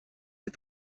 ses